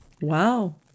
wow